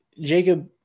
Jacob